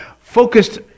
focused